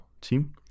team